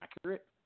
accurate